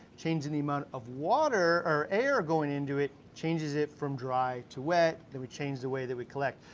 changing the amount of water or air going into it, changes it from dry to wet, then we change the way that we collect.